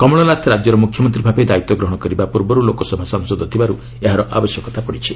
କମଳନାଥ ରାଜ୍ୟର ମୁଖ୍ୟମନ୍ତ୍ରୀ ଭାବେ ଦାୟିତ୍ୱ ଗ୍ରହଣ କରିବା ପୂର୍ବରୁ ଲୋକସଭା ସାଂସଦ ଥିବାର୍ତ ଏହାର ଆବଶ୍ୟକତା ପଡ଼ିଛି